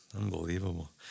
Unbelievable